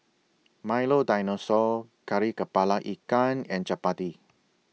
Milo Dinosaur Kari Kepala Ikan and Chappati